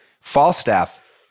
Falstaff